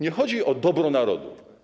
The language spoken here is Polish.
Nie chodzi o dobro narodu.